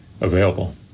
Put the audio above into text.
available